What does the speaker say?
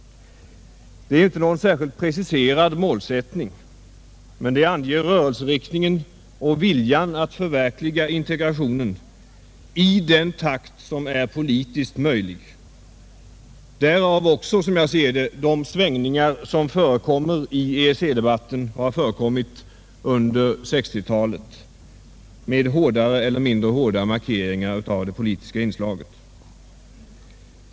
Det är inte någon särskilt preciserad målsättning, men det anger rörelseriktningen och viljan att förverkliga integrationen i den takt som är politiskt möjlig. Därav också, som jag ser det, de svängningar som förekommer och har förekommit i EEC-debatten under 1960-talet med hårdare eller mindre hårda markeringar av det politiska inslaget.